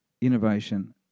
innovation